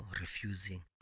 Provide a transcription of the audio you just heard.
refusing